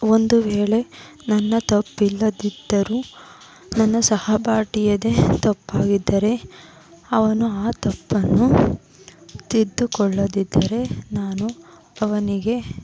ಒಂದು ವೇಳೆ ನನ್ನ ತಪ್ಪಿಲ್ಲದಿದ್ದರೂ ನನ್ನ ಸಹಪಾಠಿಯದ್ದೆ ತಪ್ಪಾಗಿದ್ದರೆ ಅವನು ಆ ತಪ್ಪನ್ನು ತಿದ್ದುಕೊಳ್ಳದ್ದಿದ್ದರೆ ನಾನು ಅವನಿಗೆ